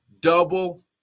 Double